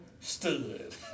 stood